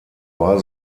war